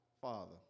father